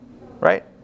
right